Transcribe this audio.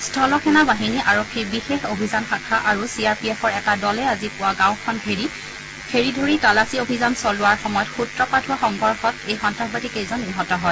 স্থল সেনা বাহিনী আৰক্ষীৰ বিশেষ অভিযান শাখা আৰু চি আৰ পি এফৰ এটা দলে আজি পুৱা গাঁওখন ঘেৰি ধৰি তালাচী অভিযান চলোৱাৰ সময়ত সূত্ৰপাত হোৱা সংঘৰ্ষত এই সন্নাসবাদীকেইজন নিহত হয়